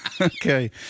Okay